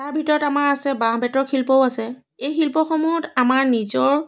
তাৰ ভিতৰত আমাৰ আছে বাঁহ বেতৰ শিল্পও আছে এই শিল্পসমূহত আমাৰ নিজৰ